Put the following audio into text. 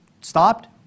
stopped